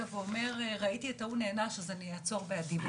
ואומר ראיתי את ההוא נענש ולכן אני אעצור בעדי.